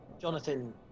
Jonathan